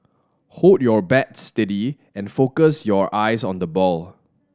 hold your bat steady and focus your eyes on the ball